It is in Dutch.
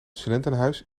studentenhuis